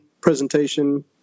presentation